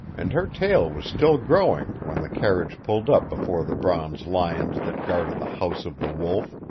and her tale was still growing when the carriage pulled up before the bronze lions that guarded the house of the wolf,